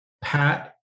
Pat